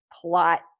plot